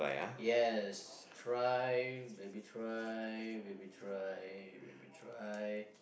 yes try baby try baby try baby try